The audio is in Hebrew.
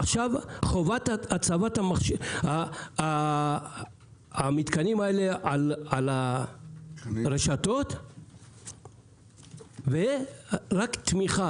עכשיו חובת הצבת המתקנים האלה על הרשתות ורק תמיכה